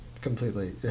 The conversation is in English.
completely